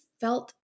felt